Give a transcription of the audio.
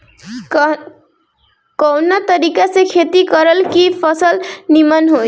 कवना तरीका से खेती करल की फसल नीमन होई?